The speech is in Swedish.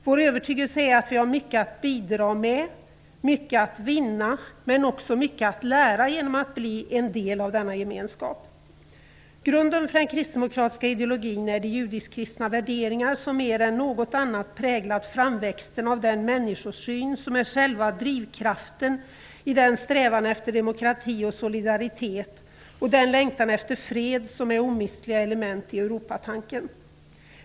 Vår övertygelse är att vi har mycket att bidra med, mycket att vinna men också mycket att lära genom att bli en del av denna gemenskap. Grunden för den kristdemokratiska ideologin är de judiskt-kristna värderingarna som mer än något annat präglat framväxten av den människosyn som är själva drivkraften i den strävan efter demokrati och solidaritet och den längtan efter fred som är omistliga element i Europatanken.